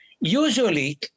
Usually